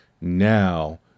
now